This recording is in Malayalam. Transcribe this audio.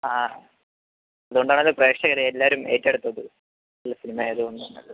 ആ അതുകൊണ്ടാണല്ലോ പ്രേക്ഷകർ എല്ലാവരും ഏറ്റെടുത്തത് നല്ല സിനിമ ആയതുകൊണ്ട്